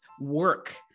work